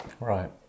right